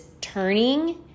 turning